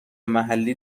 محلی